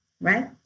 right